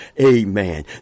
Amen